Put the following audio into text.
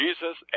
Jesus